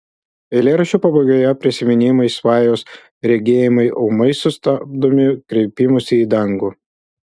eilėraščio pabaigoje prisiminimai svajos regėjimai ūmai sustabdomi kreipimusi į dangų